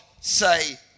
say